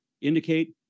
indicate